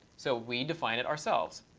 so we define it ourselves.